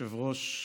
אדוני היושב-ראש,